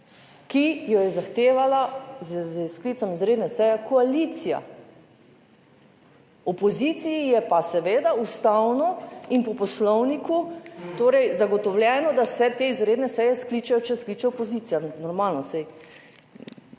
ki jo je zahtevala s sklicem izredne seje koalicija, opoziciji je pa seveda ustavno in po poslovniku torej zagotovljeno, da se te izredne seje skličejo, če skliče opozicija,